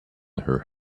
her